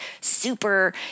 super